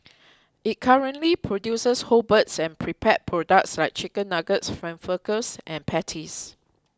it currently produces whole birds and prepared products like Chicken Nuggets Frankfurters and patties